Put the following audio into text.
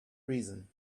reason